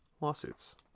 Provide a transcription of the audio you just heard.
lawsuits